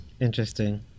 Interesting